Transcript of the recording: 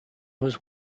was